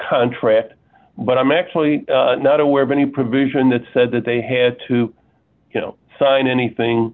contract but i'm actually not aware of any provision that said that they had to sign anything